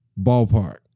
ballpark